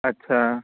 ਅੱਛਾ